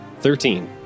Thirteen